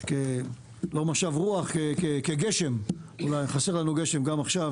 לא משב רוח, כגשם חסר לנו גשם גם עכשיו